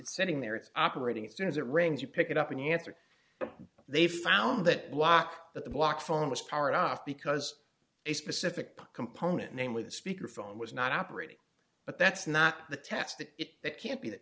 sitting there it's operating as soon as it rings you pick it up in the answer they found that block that the block phone was powered off because a specific component namely the speaker phone was not operating but that's not the tests that it can't be th